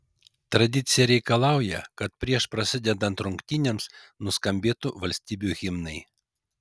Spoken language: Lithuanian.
tradicija reikalauja kad prieš prasidedant rungtynėms nuskambėtų valstybių himnai